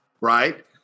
right